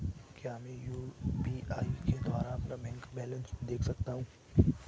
क्या मैं यू.पी.आई के द्वारा अपना बैंक बैलेंस देख सकता हूँ?